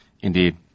Indeed